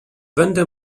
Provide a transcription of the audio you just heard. będę